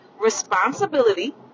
responsibility